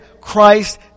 Christ